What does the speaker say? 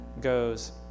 goes